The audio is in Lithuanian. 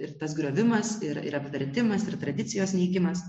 ir tas griovimas ir ir apvertimas ir tradicijos neigimas